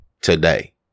today